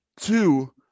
Two